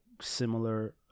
similar